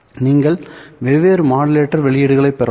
நீங்கள் வெவ்வேறு மாடுலேட்டர் வெளியீடுகளைப் பெறலாம்